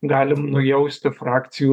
galim nujausti frakcijų